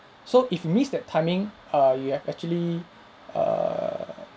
so if miss that timing err you have actually err